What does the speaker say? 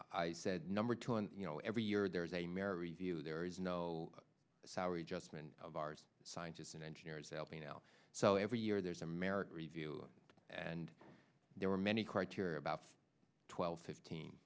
i said number two and you know every year there is a merry view there is no sour adjustment of our scientists and engineers lp now so every year there's a merit review and there were many criteria about twelve fifteen